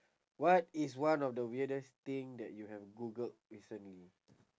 what is one of the weirdest thing that you have googled recently